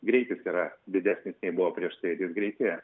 greitis yra didesnis nei buvo prieš tai vis greitėja